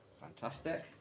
Fantastic